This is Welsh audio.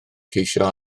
ceisio